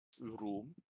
room